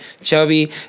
chubby